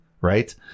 Right